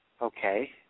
Okay